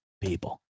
people